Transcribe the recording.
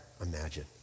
imagine